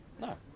no